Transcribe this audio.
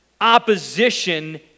opposition